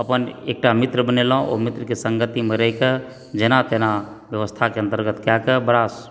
अपन एकटा मित्र बनेलहुँ आ ओ मित्रके सङ्गतिमे रहि कऽ जेना तेना व्यवस्थाके अन्तर्गत कए कऽ बड़ा